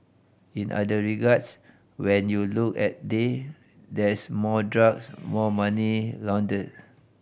in other regards when you look at day there's more drugs more money laundered